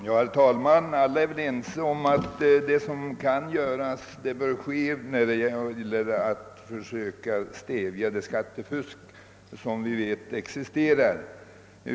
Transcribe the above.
Herr talman! Alla är överens om att vi bör göra vad som kan göras för att söka stävja det skattefusk som existerar.